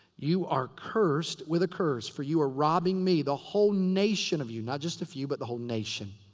you are cursed with a curse, for you are robbing me, the whole nation of you not just a few, but the whole nation.